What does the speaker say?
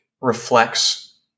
reflects